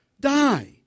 Die